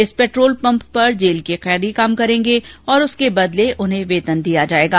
इस petrol pump पर जेल के कैदी काम करेंगे और उसके बदले उनको वेतन भी भी दिया जायेगा